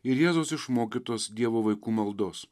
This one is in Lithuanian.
ir jėzaus išmokytos dievo vaikų maldos